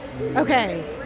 okay